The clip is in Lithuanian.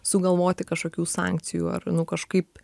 sugalvoti kažkokių sankcijų ar nu kažkaip